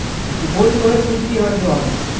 গোল্ডলোনের সুদ কি হারে দেওয়া হয়?